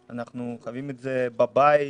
אנחנו חווים את זה בבית,